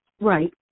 right